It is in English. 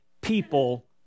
people